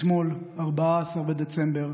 אתמול, 14 בדצמבר,